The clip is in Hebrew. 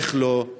איך לא?